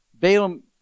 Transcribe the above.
Balaam